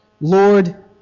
Lord